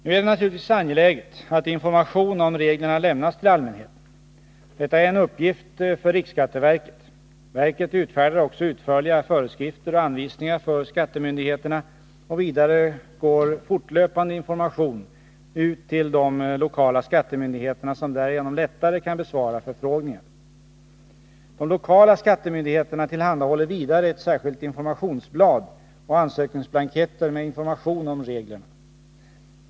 Nu är det naturligtvis angeläget att information om reglerna lämnas till allmänheten. Detta är en uppgift för riksskatteverket. Verket utfärdar också utförliga föreskrifter och anvisningar för skattemyndigheterna och vidare går fortlöpande information ut till de lokala skattemyndigheterna som därigenom lättare kan besvara förfrågningar. De lokala skattemyndigheterna tillhandahåller vidare ett särskilt informationsblad och ansökningsblanketter med information om reglerna.